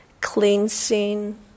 Cleansing